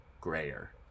grayer